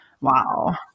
Wow